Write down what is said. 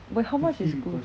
wait how much is group